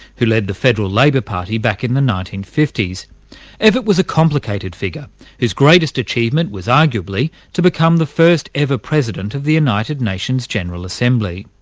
who led the federal labor party back in the nineteen fifty s. evatt was a complicated figure whose greatest achievement was arguably to become the first ever president of the united nations general assembly.